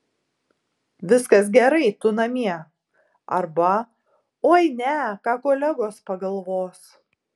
viskas gerai tu namie arba oi ne ką kolegos pagalvos